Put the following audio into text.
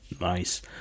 nice